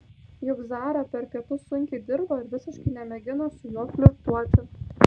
juk zara per pietus sunkiai dirbo ir visiškai nemėgino su juo flirtuoti